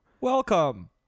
Welcome